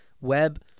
web